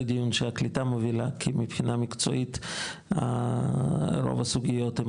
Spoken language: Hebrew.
זה דיון שהקליטה מובילה כי מבחינה מקצועית רוב הסוגיות הן